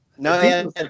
No